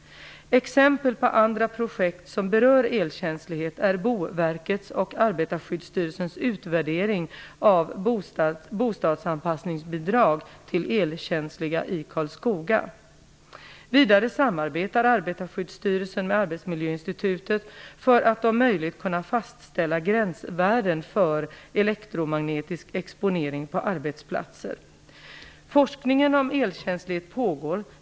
Exempel på andra projekt som berör elkänslighet är Boverkets och Arbetarskyddsstyrelsens utvärdering av bostadsanpassningsbidrag till elkänsliga i Karlskoga. Vidare samarbetar Arbetarskydsstyrelsen med Arbetsmiljöinstitutet för att om möjligt kunna fastställa gränsvärden för elektromagnetisk exponering på arbetsplatser. Forskningen om elkänslighet pågår.